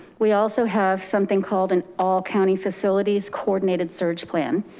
we also have something called an all county facilities coordinated surge plan,